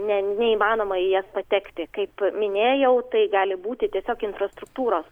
ne neįmanoma į jas patekti kaip minėjau tai gali būti tiesiog infrastruktūros